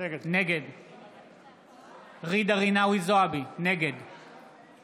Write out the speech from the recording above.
נגד ג'ידא רינאוי זועבי, נגד